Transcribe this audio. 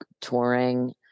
touring